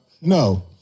no